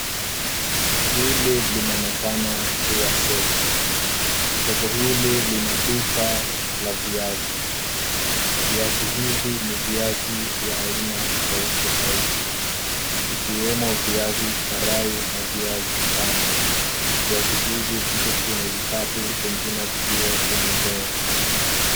Hili linaonekana kuwa soko. Soko hili lina duka la viazi. Viazi hivi ni viazi vya aina tofauti tofauti ikiwemo viazi karai na viazi tamu. Viazi hivi viko kwenye vikapu vingine vikiwa kwenye ndoo.